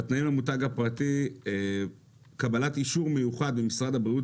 בתנאים למותג הפרטי קבלת אישור מיוחד ממשרד הבריאות